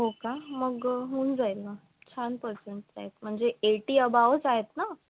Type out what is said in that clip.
हो का मग होऊन जाईल ना छान पर्सेन्ट आहेत म्हणजे एटी अबाऊच आहेत ना